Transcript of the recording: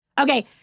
okay